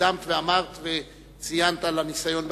הקדמת ואמרת וציינת את הניסיון בארצות-הברית,